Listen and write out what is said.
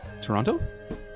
Toronto